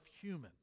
humans